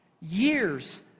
years